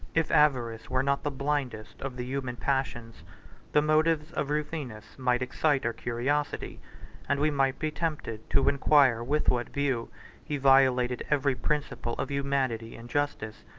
if avarice were not the blindest of the human passions the motives of rufinus might excite our curiosity and we might be tempted to inquire with what view he violated every principle of humanity and justice,